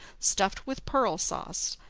stuffed with pearl sauce,